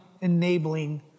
enabling